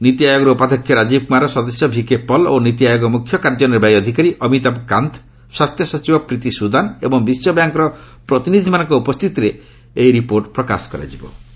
ନୀତି ଆୟୋଗର ଉପାଧ୍ୟକ୍ଷ ରାଜୀବ କୁମାର ସଦସ୍ୟ ଭିକେ ପଲ୍ ଓ ନୀତି ଆୟୋଗ ମୁଖ୍ୟ କାର୍ଯ୍ୟନିର୍ବାହୀ ଅଧିକାରୀ ଅମିତାଭ କାନ୍ତ ସ୍ୱାସ୍ଥ୍ୟ ସଚିବ ପ୍ରୀତି ସୁଦାନ ଏବଂ ବିଶ୍ୱବ୍ୟାଙ୍କର ପ୍ରତିନିଧିମାନଙ୍କର ଉପସ୍ଥିତିରେ ଏହି ରିପୋର୍ଟ ପ୍ରକାଶ କରିବେ